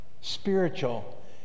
spiritual